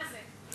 מה זה?